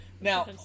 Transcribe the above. Now